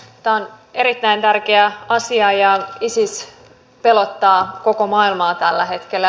tämä on erittäin tärkeä asia ja isis pelottaa koko maailmaa tällä hetkellä